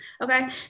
okay